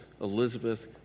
Elizabeth